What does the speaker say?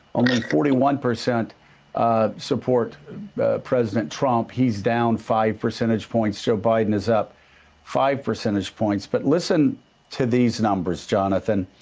only forty one percent support president trump. he's down five percentage points, joe biden is up five percentage points. but listen to these numbers, jonathan,